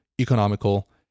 economical